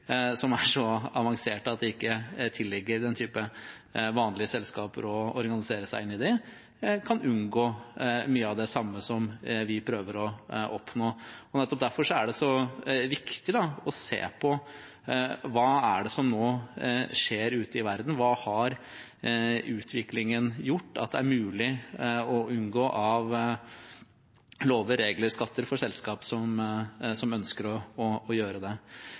som er så avanserte at det ikke tilligger vanlige selskaper å organisere seg slik – kan unngå mye av det samme som vi prøver å oppnå. Nettopp derfor er det så viktig å se på: Hva er det som nå skjer ute i verden, hva har utviklingen gjort, hva er mulig å unngå av lover, regler og skatter for selskap som ønsker å gjøre det?